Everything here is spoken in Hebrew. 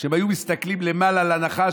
כשהם היו מסתכלים למעלה על הנחש,